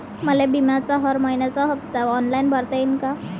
मले बिम्याचा हर मइन्याचा हप्ता ऑनलाईन भरता यीन का?